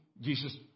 Jesus